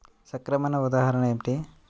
సంక్రమణ ఉదాహరణ ఏమిటి?